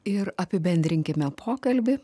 ir apibendrinkime pokalbį